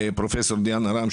לפרופ' דיאנה רם,